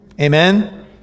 Amen